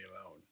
alone